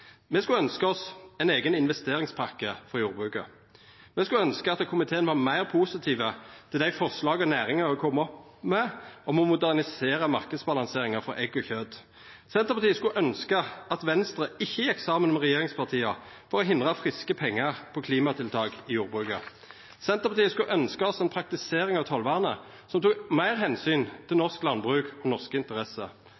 Me skulle ha ønskt oss ein eigen investeringspakke for jordbruket. Me skulle ha ønskt at komiteen var meir positiv til dei forslaga næringa har kome opp med om å modernisera marknadsbalanseringa for egg og kjøt. Senterpartiet skulle ha ønskt at Venstre ikkje gjekk saman med regjeringspartia for å hindra friske pengar til klimatiltak i jordbruket. Senterpartiet skulle ha ønskt ei praktisering av tollvernet som tok meir omsyn til